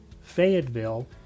Fayetteville